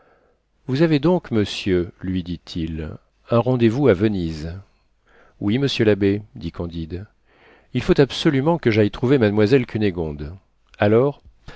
vous avez donc monsieur lui dit-il un rendez-vous à venise oui monsieur l'abbé dit candide il faut absolument que j'aille trouver mademoiselle cunégonde alors